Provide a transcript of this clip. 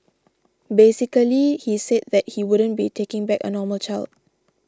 basically he said that he wouldn't be taking back a normal child